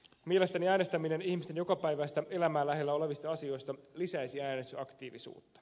mielestäni äänestäminen ihmisten jokapäiväistä elämää lähellä olevista asioista lisäisi äänestysaktiivisuutta